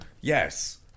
yes